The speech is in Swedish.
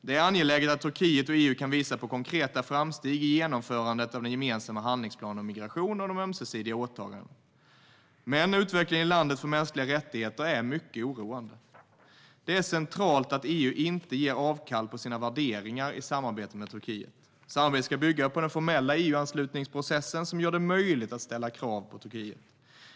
Det är angeläget att Turkiet och EU kan visa på konkreta framsteg i genomförandet av den gemensamma handlingsplanen om migration och de ömsesidiga åtagandena. Men utvecklingen i landet när det gäller mänskliga rättigheter är mycket oroande. Det är centralt att EU inte gör avkall på sina värderingar i samarbetet med Turkiet. Samarbetet ska bygga på den formella EU-anslutningsprocessen, som gör det möjligt att ställa tydliga krav på Turkiet.